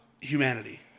Humanity